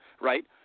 right